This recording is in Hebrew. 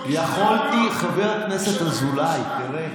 יכולתי, חבר הכנסת אזולאי, תראה,